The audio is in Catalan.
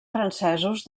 francesos